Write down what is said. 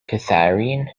katharine